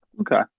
Okay